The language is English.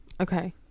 okay